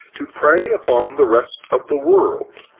to prey upon the rest of the world.